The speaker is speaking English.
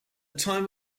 time